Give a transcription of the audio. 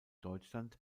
deutschland